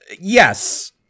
yes